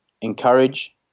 encourage